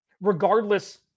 Regardless